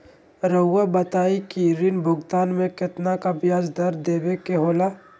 रहुआ बताइं कि ऋण भुगतान में कितना का ब्याज दर देवें के होला?